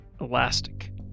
Elastic